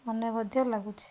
ମନେ ମଧ୍ୟ ଲାଗୁଛି